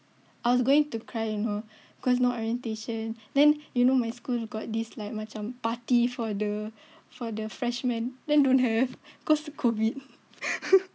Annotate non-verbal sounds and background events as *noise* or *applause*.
I was going to cry you know cause no orientation then you know my school got this like macam party for the for the freshman then don't have cause COVID *laughs*